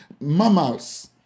mammals